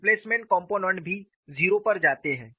displacement component भी 0 पर जाते हैं